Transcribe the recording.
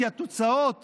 כי התוצאות